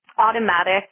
Automatic